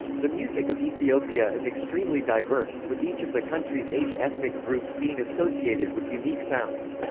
the music of ethiopia is extremely diverse, with each of the country's eighty ethnic groups being associated with unique sounds.